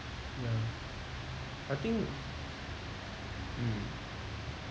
ya I think mm